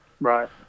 Right